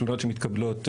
תלונות שמתקבלות,